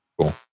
Cool